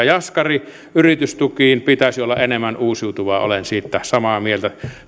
jaskari yritystukiin pitäisi olla enemmän uusiutuvaa olen siitä samaa mieltä